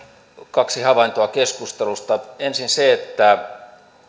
kaksi havaintoa keskustelusta ensin se että